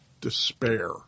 despair